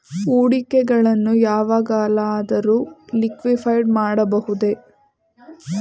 ಹೂಡಿಕೆಗಳನ್ನು ಯಾವಾಗಲಾದರೂ ಲಿಕ್ವಿಡಿಫೈ ಮಾಡಬಹುದೇ?